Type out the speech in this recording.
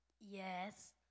Yes